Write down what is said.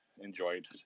enjoyed